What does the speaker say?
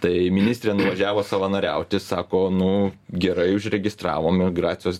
tai ministrė nuvažiavo savanoriauti sako nu gerai užregistravo migracijos